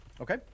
Okay